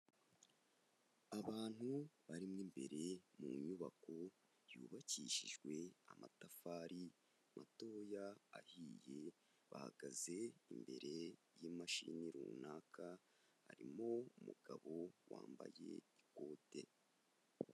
Abantu bari mu imbere mu nyubako yubakishijwe amatafari matoya ahiye, bahagaze imbere y'imashini runaka. Harimo umugabo wambaye ikote.